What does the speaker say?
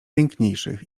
piękniejszych